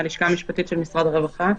מהלשכה המשפטית של משרד הרווחה.